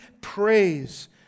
praise